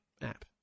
app